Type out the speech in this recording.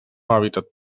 hàbitat